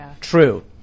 true